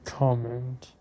comment